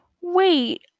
Wait